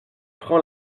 prend